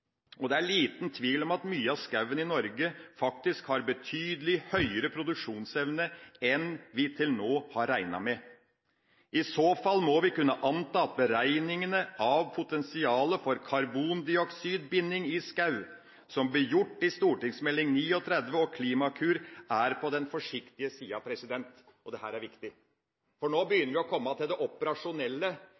og det er liten tvil om at mye av skogen i Norge faktisk har betydelig høyere produksjonsevne enn vi til nå har regnet med. I så fall må vi kunne anta at beregningene av potensialet for karbondioksidbinding i skog som ble gjort i St. meld. nr. 39 for 2008–2009 og Klimakur, er på den forsiktige sida. Dette er viktig, for nå begynner vi å komme til det operasjonelle: